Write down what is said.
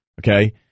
Okay